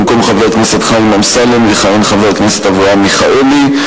במקום חבר הכנסת חיים אמסלם יכהן חבר הכנסת אברהם מיכאלי.